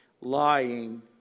Lying